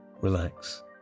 Relax